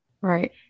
Right